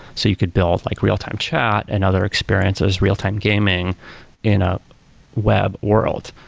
so you could build like real-time chat and other experiences, real-time gaming in a web world,